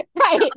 right